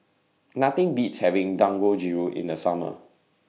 Nothing Beats having Dangojiru in The Summer